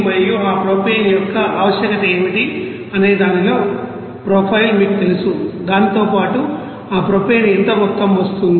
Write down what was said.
మరియు ఆ ప్రొపేన్ యొక్క ఆవశ్యకత ఏమిటి అనే దానిలో ప్రొఫైల్ మీకు తెలుసు దానితో పాటు ఆ ప్రొపేన్ ఎంత మొత్తం వస్తోంది